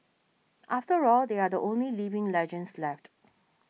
after all they are the only living legends left